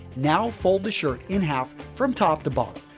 now, fold the shirt in half from top to bottom.